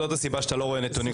זאת הסיבה שאתה לא רואה נתונים,